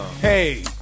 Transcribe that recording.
Hey